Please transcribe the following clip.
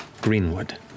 Greenwood